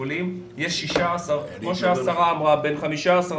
זה היה קשה, כי התשובה הייתה: מה פתאום?